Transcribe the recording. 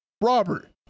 Robert